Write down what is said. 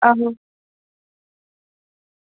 आहो